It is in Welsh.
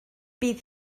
bydd